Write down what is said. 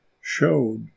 showed